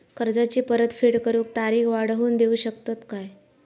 कर्जाची परत फेड करूक तारीख वाढवून देऊ शकतत काय?